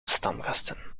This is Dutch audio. stamgasten